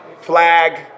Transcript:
Flag